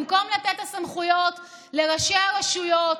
במקום לתת את הסמכויות לראשי הרשויות,